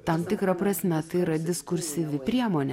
tam tikra prasme tai yra diskursyvi priemonė